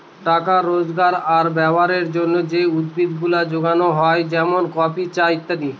টাকা রোজগার আর ব্যবহারের জন্যে যে উদ্ভিদ গুলা যোগানো হয় যেমন কফি, চা ইত্যাদি